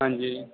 ਹਾਂਜੀ